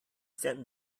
sent